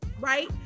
right